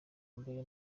mbere